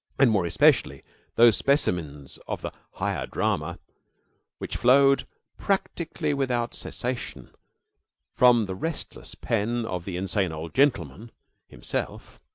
and more especially those specimens of the higher drama which flowed practically without cessation from the restless pen of the insane old gentleman himself,